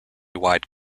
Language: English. wide